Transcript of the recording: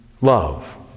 love